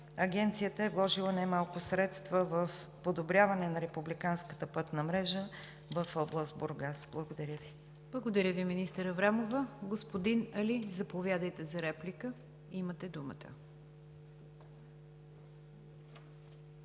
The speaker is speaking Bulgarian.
Агенцията е вложила не малко средства в подобряване на републиканската пътна мрежа в област Бургас. Благодаря Ви. ПРЕДСЕДАТЕЛ НИГЯР ДЖАФЕР: Благодаря Ви, министър Аврамова. Господин Али, заповядайте за реплика. Имате думата.